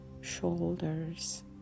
shoulders